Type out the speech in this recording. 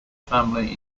family